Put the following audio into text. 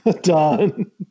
Done